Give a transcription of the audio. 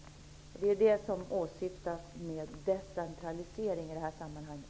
Det är det som åsyftas med decentralisering i det här sammanhanget.